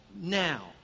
now